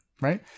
right